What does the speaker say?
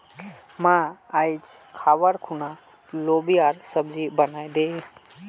मां, आइज खबार खूना लोबियार सब्जी बनइ दे